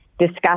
discuss